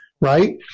right